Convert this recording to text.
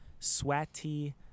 Swati